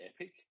epic